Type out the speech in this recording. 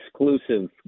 exclusive